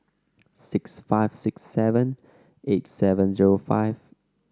six five six seven eight seven zero five